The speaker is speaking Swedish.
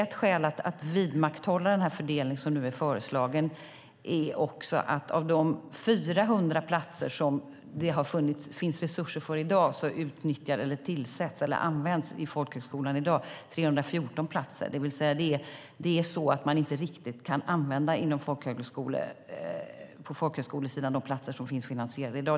Ett skäl att vidmakthålla den fördelning som nu är föreslagen är också att av de 400 platser som det i dag finns resurser för inom folkhögskolan tillsätts eller används 314 platser. Man kan alltså inte på folkhögskolesidan använda riktigt alla de platser som finns finansierade.